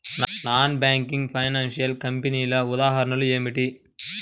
Non banking financial కంపెనీల ఉదాహరణలు ఏమిటి?